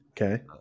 Okay